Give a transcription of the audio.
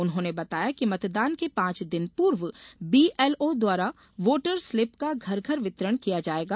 उन्होंने बताया कि मतदान के पांच दिन पूर्व बीएलओ द्वारा वोटरस्लिप का घर घर वितरण किया जायेगा